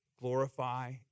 glorify